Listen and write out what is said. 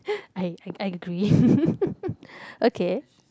I I agree okay